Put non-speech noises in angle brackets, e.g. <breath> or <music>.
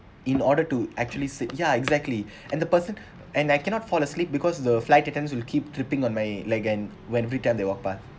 in order to actually sit ya exactly <breath> and the person <breath> and I cannot fall asleep because the flight attendants will keep tripping on my like and when every time they walk by